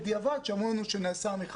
זה מפוקח,